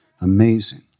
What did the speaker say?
amazing